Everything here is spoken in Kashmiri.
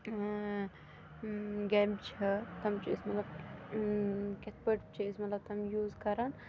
گَبہِ چھِ تِم چھِ أسۍ مطلب کِتھ پٲٹھۍ چھِ أسۍ مَطلَب تِم یوٗز کَران